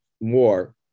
more